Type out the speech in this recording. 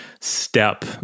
step